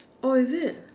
oh is it